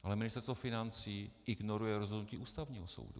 Ale Ministerstvo financí ignoruje rozhodnutí Ústavního soudu.